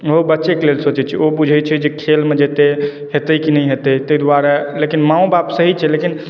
ओहो बच्चेके लेल सोचैत छै ओहो बुझैत छै खेलमे जेतै हेतै कि नहि हेतै ताहि दुआरे लेकिन माँओ बाप सही छै लेकिन